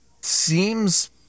seems